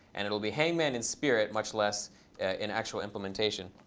and it'll be hangman in spirit, much less in actual implementation.